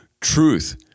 Truth